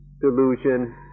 delusion